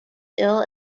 ill